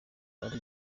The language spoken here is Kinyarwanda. ari